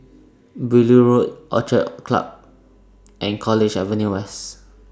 Beaulieu Road Orchid Country Club and College Avenue West